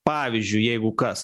pavyzdžiui jeigu kas